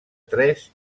tres